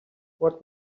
what